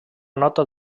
nota